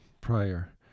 prior